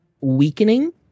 weakening